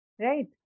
right